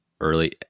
early